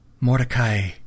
Mordecai